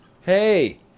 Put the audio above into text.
Hey